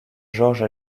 jorge